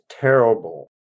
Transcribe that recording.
terrible